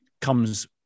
comes